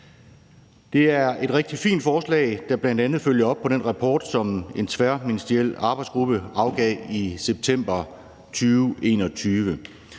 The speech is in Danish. Det er et rigtig fint forslag, der bl.a. følger op på den rapport, som en tværministeriel arbejdsgruppe afgav i september 2021.